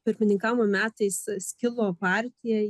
pirmininkavimo metais skilo partija